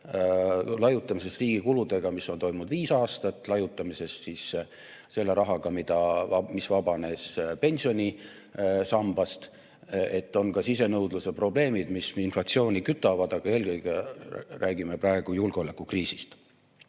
laiutamisest riigi kuludega, mis on toimunud viis aastat, laiutamisest selle rahaga, mis vabanes pensionisambast. On ka sisenõudluse probleemid, mis inflatsiooni kütavad, aga eelkõige räägime praegu julgeolekukriisist.